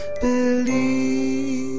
believe